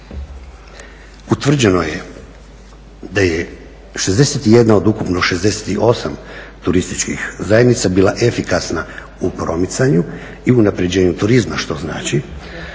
Utvrđeno je da je 61 od ukupno 68 turističkih zajednica bila efikasna u promicanju i unapređenju turizma što znači